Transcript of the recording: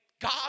God